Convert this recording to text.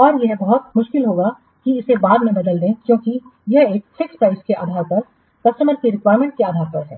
और यह बहुत मुश्किल होगा कि इसे बाद में बदल दें क्योंकि यह इस फिक्स प्राइसके आधार पर कस्टमर की रिक्वायरमेंट्स के आधार पर है